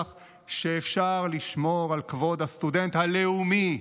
שאפשר לשמור על כבוד הסטודנט הלאומי,